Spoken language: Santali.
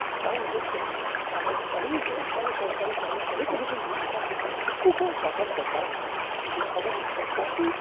ᱦᱟᱛᱟᱣ ᱞᱟᱹᱜᱤᱫᱼᱛᱮ ᱟᱫᱚ ᱟᱹᱰᱤ ᱦᱚᱲ ᱚᱱᱠᱟᱜᱮ ᱥᱚᱨᱠᱟᱨᱤ ᱠᱚᱨᱢᱚᱪᱟᱹᱨᱤ ᱠᱚ ᱡᱩᱫᱤ ᱢᱮᱱᱟᱜ ᱠᱚᱣᱟ ᱮᱱᱠᱷᱟᱱ ᱩᱱᱠᱩ ᱠᱚ ᱡᱟᱜᱽᱜᱨᱚᱛ ᱫᱚᱨᱠᱟᱨᱚᱜ ᱠᱟᱱᱟ ᱡᱮ ᱟᱵᱚᱣᱟᱜ ᱥᱚᱨᱠᱟᱨᱤ